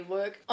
work